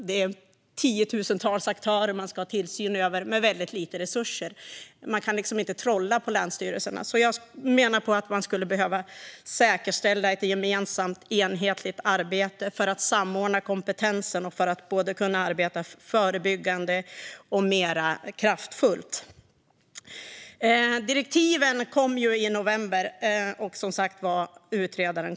Det är tiotusentals aktörer som man ska ha tillsyn över med väldigt lite resurser. Man kan inte trolla på länsstyrelserna, så jag menar att man skulle behöva säkerställa ett gemensamt, enhetligt arbete för att samordna kompetensen och för att kunna arbeta både förebyggande och mer kraftfullt. Direktiven kom i november och i dag fick vi som sagt besked om utredaren.